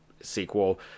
sequel